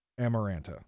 Amaranta